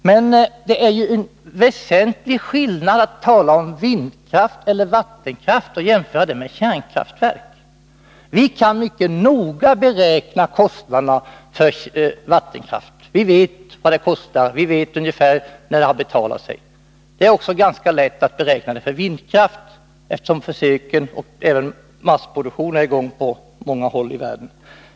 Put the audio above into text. Men det är ju en väsentlig skillnad mellan vindkraft eller vattenkraft å ena sidan och kärnkraft å andra sidan. Vi kan mycket noga beräkna kostnaderna för vattenkraften. Vi vet ungefär när driften har betalat sig. Det är också ganska lätt att beräkna kostnaderna för vindkraft, eftersom försök och även massproduktion är i gång på många håll i världen.